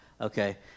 Okay